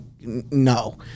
no